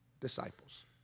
Disciples